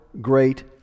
great